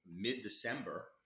mid-December